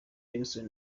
jackson